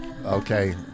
Okay